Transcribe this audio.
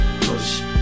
push